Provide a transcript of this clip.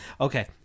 Okay